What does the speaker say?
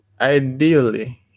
ideally